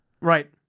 Right